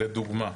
לדוגמה,